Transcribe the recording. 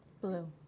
Blue